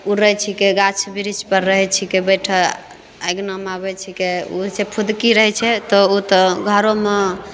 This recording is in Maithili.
उड़ै छिकै गाछ बृछपर छिकै बैठल अङ्गनामे आबै छिकै उड़के फुदकी रहैत छै तऽओ तऽ घरोमे